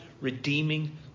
redeeming